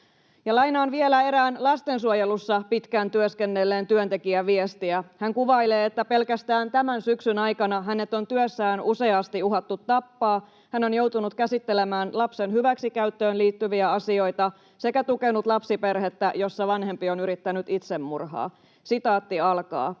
Lainaan vielä erään lastensuojelussa pitkään työskennelleen työntekijä viestiä. Hän kuvailee, että pelkästään tämän syksyn aikana hänet on työssään useasti uhattu tappaa, hän on joutunut käsittelemään lapsen hyväksikäyttöön liittyviä asioita sekä tukenut lapsiperhettä, jossa vanhempi on yrittänyt itsemurhaa. ”Minä olen